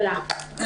תודה רבה.